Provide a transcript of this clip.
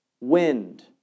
Wind